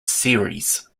series